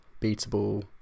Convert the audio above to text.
beatable